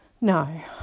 No